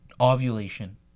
Ovulation